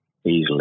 easily